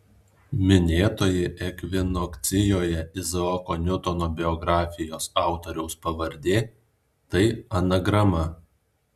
minėtoji ekvinokcijoje izaoko niutono biografijos autoriaus pavardė tai anagrama